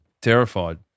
Terrified